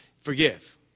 forgive